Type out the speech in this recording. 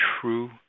true